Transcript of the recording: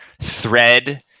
thread